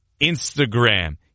Instagram